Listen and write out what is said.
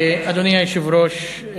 אדוני היושב-ראש,